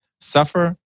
suffer